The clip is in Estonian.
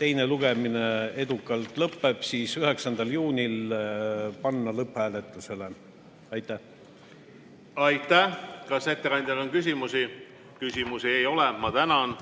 teine lugemine edukalt lõpetatakse, panna 9. juunil eelnõu lõpphääletusele. Aitäh! Aitäh! Kas ettekandjale on küsimusi? Küsimusi ei ole. Ma tänan!